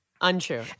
Untrue